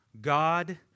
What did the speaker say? God